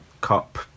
Cup